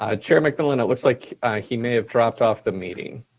ah chair mcmillan, it looks like he may have dropped off the meeting.